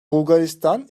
bulgaristan